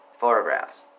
photographs